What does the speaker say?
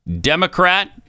Democrat